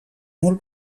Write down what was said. molt